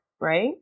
right